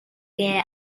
gear